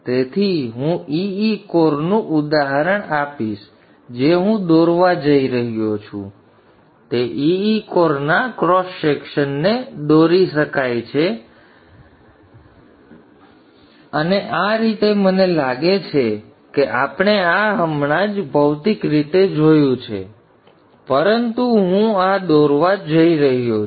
તેથી હું E E કોરનું ઉદાહરણ આપીશ જે હું દોરવા જઇ રહ્યો છું તે E E કોરના ક્રોસ સેક્શનને દોરી શકાય છે અને આ આ રીતે છે મને લાગે છે કે આપણે આ હમણાં જ ભૌતિક રીતે જોયું છે પરંતુ હું આ દોરવા જઇ રહ્યો છું